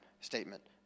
statement